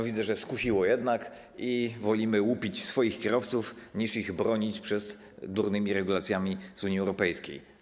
Widzę, że skusiło jednak i wolimy łupić swoich kierowców, niż ich bronić przez durnymi regulacjami z Unii Europejskiej.